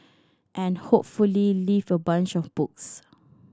and hopefully leave with a bunch of books